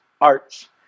arts